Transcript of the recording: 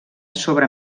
sobre